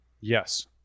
Yes